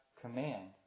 command